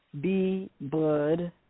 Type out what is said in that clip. B-blood